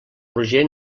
roger